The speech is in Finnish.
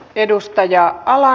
edustaja ala